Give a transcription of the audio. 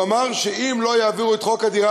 הוא אמר שאם לא יעבירו את חוק מיסוי הדירה